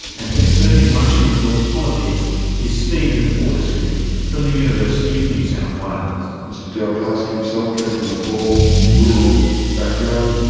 an expert in russian resource politics is stephen fortescue from the university of new south wales. mr deripaska himself came from a poor rural background,